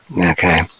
okay